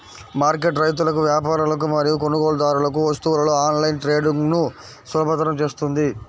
market రైతులకు, వ్యాపారులకు మరియు కొనుగోలుదారులకు వస్తువులలో ఆన్లైన్ ట్రేడింగ్ను సులభతరం చేస్తుంది